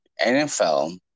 NFL